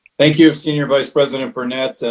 thank you, senior vice president burnett,